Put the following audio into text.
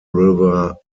river